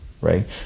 right